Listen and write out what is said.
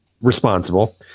responsible